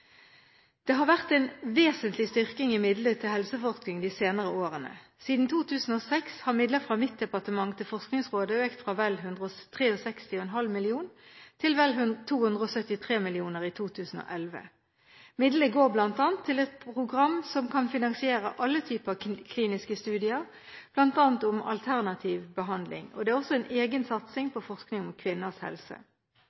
Det har vært en vesentlig styrking i midler til helseforskning de senere årene. Siden 2006 har midler fra mitt departement til Forskningsrådet økt fra vel 163,5 mill. kr til vel 273 mill. kr i 2011. Midlene går bl.a. til et program som kan finansiere alle typer kliniske studier, bl.a. om alternativ behandling. Det er også en egen satsing